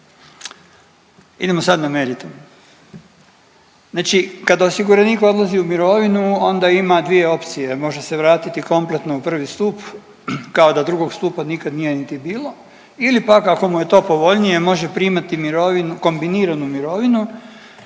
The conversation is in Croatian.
Idemo sad na meritum. Znači kad osiguranik odlazi u mirovinu onda ima dvije opcije može se vratiti kompletno u prvi stup kao da drugog stupa nikad nije niti bilo ili pak ako mu je to povoljnije može primati mirovinu, kombiniranu mirovinu.